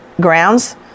grounds